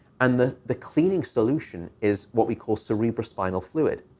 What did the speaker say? and the the cleaning solution is what we call cerebrospinal fluid.